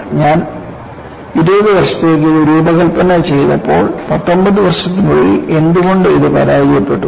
ഞാൻ 20 വർഷത്തേക്ക് ഇത് രൂപകൽപ്പന ചെയ്തപ്പോൾ 19 വർഷത്തിനുള്ളിൽ എന്തുകൊണ്ട് ഇത് പരാജയപ്പെട്ടു